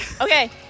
Okay